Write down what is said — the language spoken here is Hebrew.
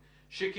ייכנס.